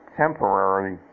temporarily